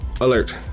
alert